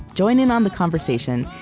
join in on the conversation,